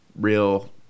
real